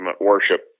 worship